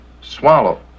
swallow